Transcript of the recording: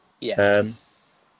Yes